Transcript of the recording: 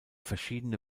verschiedene